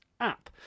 app